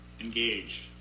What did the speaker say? engage